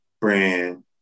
brand